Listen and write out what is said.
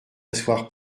asseoir